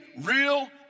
real